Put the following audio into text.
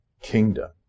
kingdom